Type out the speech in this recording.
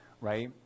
Right